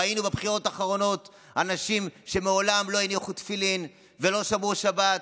ראינו בבחירות האחרונות אנשים שמעולם לא הניחו תפילין ולא שמרו שבת,